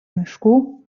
miškų